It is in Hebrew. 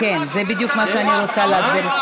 כן, זה בדיוק מה שאני רוצה להסביר.